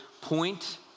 point